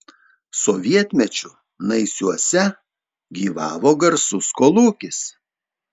sovietmečiu naisiuose gyvavo garsus kolūkis